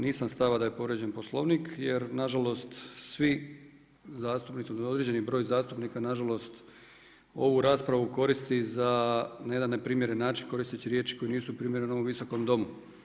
Nisam stava da je povrijeđen Poslovnik jer nažalost svi zastupnici određeni broj zastupnika nažalost ovu raspravu koristi za jedan neprimjeren način koristeći riječi koje nisu primjerene ovom visokom domu.